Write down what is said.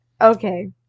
Okay